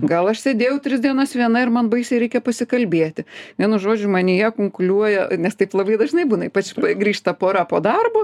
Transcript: gal aš sėdėjau tris dienas viena ir man baisiai reikia pasikalbėti vienu žodžiu manyje kunkuliuoja nes taip labai dažnai būna ypač grįžta pora po darbo